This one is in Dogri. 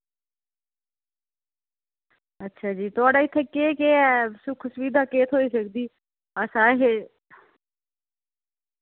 थुआढ़े इत्थें केह् केह् ऐ सुख सुविधा केह् केह् थ्होई सकदी अच्छा